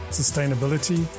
sustainability